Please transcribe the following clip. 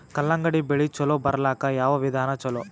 ಕಲ್ಲಂಗಡಿ ಬೆಳಿ ಚಲೋ ಬರಲಾಕ ಯಾವ ವಿಧಾನ ಚಲೋ?